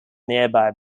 nearby